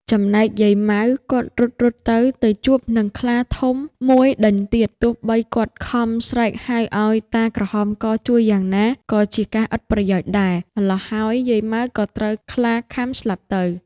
ចំណែកយាយ ម៉ៅ គាត់រត់ៗទៅ ទៅជួបនឹងខ្លាធំមួយដេញទៀត ទោះបីគាត់ខំស្រែកហៅ ឲ្យតាក្រហមកជួយយ៉ាងណា ក៏ជាការឥតប្រយោជន៍ដែរ ម៉្លោះហើយយាយ ម៉ៅ ក៏ត្រូវខ្លាខាំស្លាប់ទៅ ។